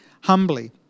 humbly